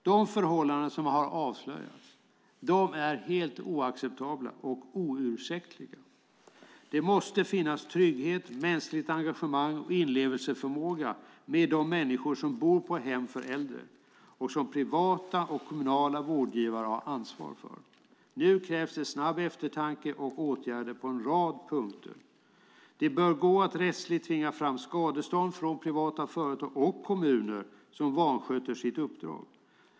De förhållanden som avslöjats är helt oacceptabla och oursäktliga. Det måste finnas trygghet, mänskligt engagemang och inlevelseförmåga i förhållande till de människor som bor på hem för äldre och som privata och kommunala vårdgivare har ansvar för. Snabbt krävs eftertanke och åtgärder på en rad punkter. Det bör gå att rättsligt tvinga fram skadestånd från privata företag och kommuner som vansköter sitt uppdrag.